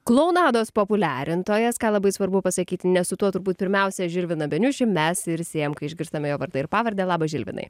klounados populiarintojas ką labai svarbu pasakyti nes su tuo turbūt pirmiausia žilviną beniušį mes ir siejam kai išgirstame jo vardą ir pavardę labas žilvinai